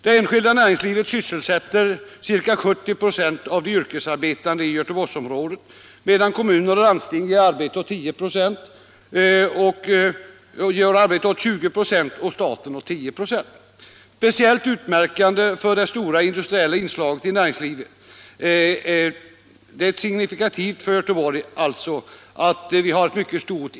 Det enskilda näringslivet sysselsätter ca 70 96 av de yrkesarbetande i Göteborgsområdet, medan kommuner och landsting ger arbete åt 20 96 och staten åt 10 96. Speciellt utmärkande är det stora industriella inslaget i näringslivet.